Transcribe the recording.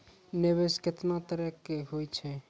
निवेश केतना तरह के होय छै?